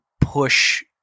push